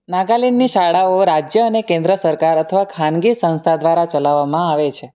નાગાલેન્ડની શાળાઓ રાજ્ય અને કેન્દ્ર સરકાર અથવા ખાનગી સંસ્થા દ્વારા ચલાવવામાં આવે છે